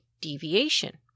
deviation